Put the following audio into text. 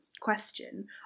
question